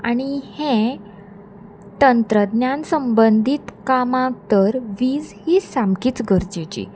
आनी हें तंत्रज्ञान संबंदीत कामाक तर वीज ही सामकीच गरजेची